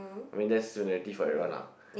I mean that's similarity for everyone lah